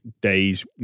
days